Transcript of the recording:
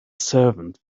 servant